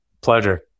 Pleasure